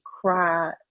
cry